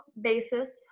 basis